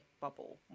bubble